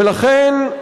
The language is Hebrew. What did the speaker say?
ולכן,